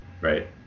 right